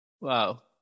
Wow